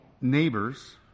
neighbors